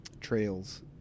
trails